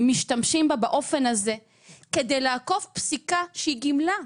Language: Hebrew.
משתמשים בה באופן הזה כדי לעקוף פסיקה שהיא גמלה.